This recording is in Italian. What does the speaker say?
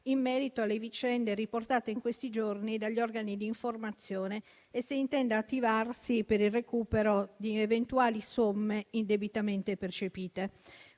in merito alle vicende riportate in questi giorni dagli organi di informazione, e se intenda attivarsi per il recupero di eventuali somme indebitamente percepite.